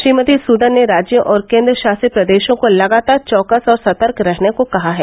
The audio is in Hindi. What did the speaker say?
श्रीमती सूदन ने राज्यों और केंद्रशासित प्रदेशों को लगातार चौकस और सतर्क रहने को कहा है